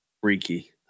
freaky